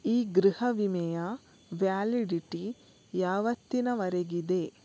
ಈ ಗೃಹ ವಿಮೆಯ ವ್ಯಾಲಿಡಿಟಿ ಯಾವತ್ತಿನವರೆಗಿದೆ